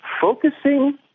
focusing